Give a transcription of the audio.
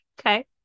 okay